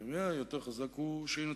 היותר חזק הוא שינצח.